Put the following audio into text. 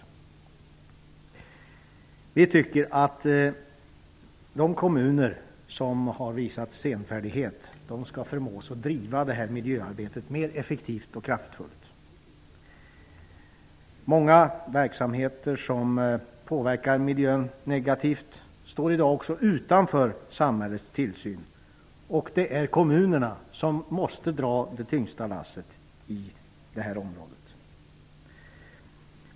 Vi i Vänsterpartiet tycker att de kommuner som har visat senfärdighet skall förmås att driva miljöarbetet mer effektivt och kraftfullt. Många verksamheter som påverkar miljön negativt står i dag utanför samhällets tillsyn. Det är kommunerna som måste dra det tyngsta lasset på detta område.